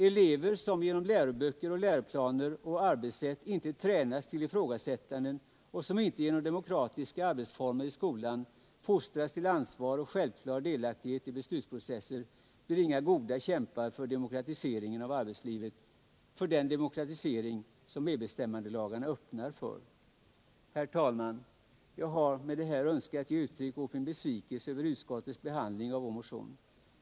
Elever som genom läroböcker, läroplaner och arbetssätt inte tränas till ifrågasättande och som inte genom demokratiska arbetsformer i skolan fostras till ansvar och självklar delaktighet i beslutsprocesser blir inga goda kämpar för den demokratisering av arbetslivet som medbestämmandelagarna öppnar dörren för. Herr talman! Jag har med det här önskat ge uttryck åt min besvikelse över utskottets behandling av vår motion.